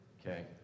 okay